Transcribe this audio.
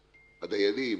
הדיילים,